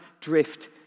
drift